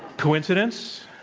coincidence?